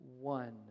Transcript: one